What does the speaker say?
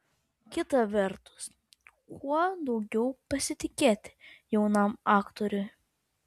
kita vertus kuo daugiau pasitikėti jaunam aktoriui